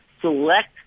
select